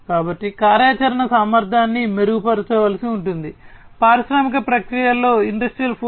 కాబట్టి కార్యాచరణ సామర్థ్యాన్ని మెరుగుపరచవలసి ఉంటుంది పారిశ్రామిక ప్రక్రియలలో ఇండస్ట్రియల్ 4